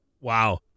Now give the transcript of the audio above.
Wow